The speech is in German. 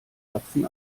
achsen